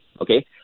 okay